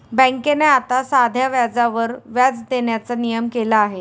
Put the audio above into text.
बँकेने आता साध्या व्याजावर व्याज देण्याचा नियम केला आहे